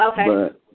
okay